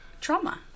trauma